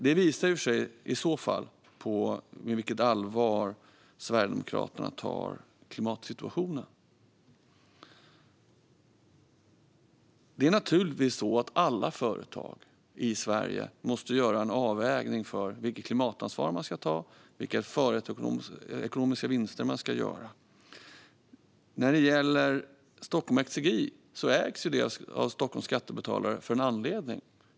Det visar med vilket allvar Sverigedemokraterna tar klimatsituationen. Naturligtvis måste alla företag i Sverige göra en avvägning av vilket klimatansvar man ska ta och vilka företagsekonomiska vinster man ska göra. Stockholm Exergi ägs av Stockholms skattebetalare av en anledning.